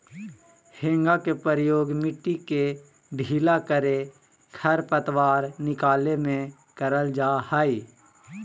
हेंगा के प्रयोग मिट्टी के ढीला करे, खरपतवार निकाले में करल जा हइ